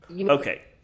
Okay